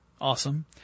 Awesome